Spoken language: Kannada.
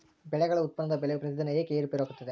ಬೆಳೆಗಳ ಉತ್ಪನ್ನದ ಬೆಲೆಯು ಪ್ರತಿದಿನ ಏಕೆ ಏರುಪೇರು ಆಗುತ್ತದೆ?